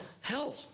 hell